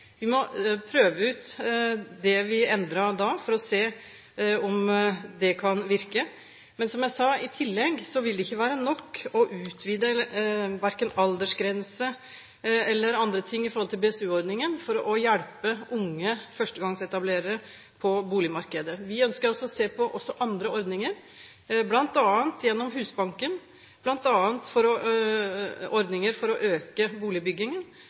vi må prøve ut det vi endret da, for å se om det kan virke. Men som jeg sa i tillegg, vil det ikke være nok å utvide verken aldersgrense eller andre ting ved BSU-ordningen for å hjelpe unge førstegangsetablerere på boligmarkedet. Vi ønsker å se på også andre ordninger, bl.a. gjennom Husbanken, bl.a. ordninger for å øke boligbyggingen.